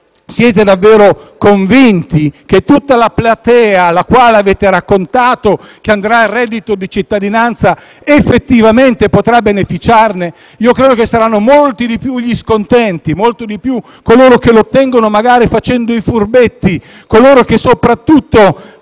siete davvero convinti che tutta la platea a cui avete raccontato che andrà il reddito di cittadinanza effettivamente potrà beneficiarne. Credo che saranno molti di più gli scontenti e coloro che lo otterranno magari facendo i furbetti e, soprattutto,